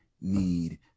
need